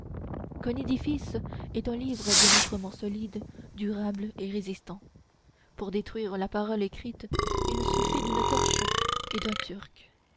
qu'un édifice est un livre bien autrement solide durable et résistant pour détruire la parole écrite il suffit d'une torche et d'un turc